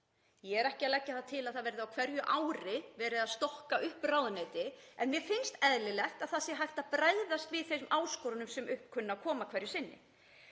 Ég er ekki að leggja það til að það sé á hverju ári verið að stokka upp ráðuneyti en mér finnst eðlilegt að hægt sé að bregðast við þeim áskorunum sem upp kunna að koma hverju sinni.